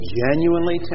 genuinely